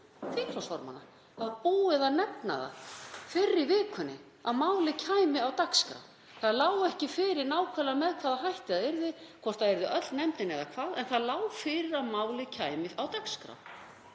þingflokksformanna. Búið var að nefna það fyrr í vikunni að málið kæmi á dagskrá. Það lá ekki fyrir með nákvæmlega hvaða hætti það yrði, hvort það yrði öll nefndin eða hvað, en það lá fyrir að málið kæmi á dagskrá.